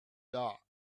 dark